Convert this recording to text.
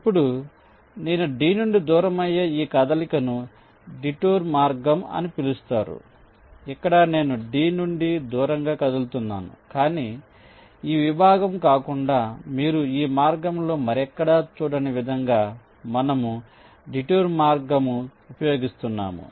ఇప్పుడు నేను D నుండి దూరమయ్యే ఈ కదలికను డిటూర్ మార్గము అని పిలుస్తారు ఇక్కడ నేను D నుండి దూరంగా కదులుతున్నాను కానీ ఈ విభాగం కాకుండా మీరు ఈ మార్గంలో మరెక్కడా చూడని విధంగా మనము డిటూర్ మార్గము ఉపయోగిస్తున్నాము